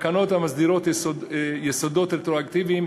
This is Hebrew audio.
התקנות המסדירות יסודות רדיואקטיביים